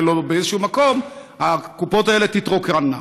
כי הלוא באיזשהו מקום הקופות האלה תתרוקנה.